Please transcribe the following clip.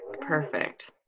Perfect